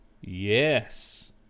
Yes